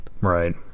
Right